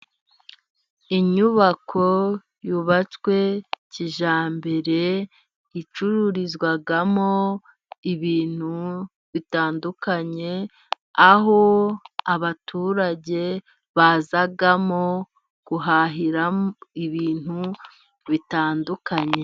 Inyubako yubatswe kijyambere icururizwamo ibintu bitandukanye, aho abaturage bazamo guhahiramo ibintu bitandukanye.